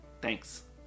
Thanks